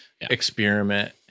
experiment